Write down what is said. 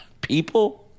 people